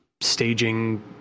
staging